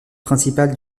principales